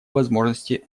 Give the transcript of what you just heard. возможности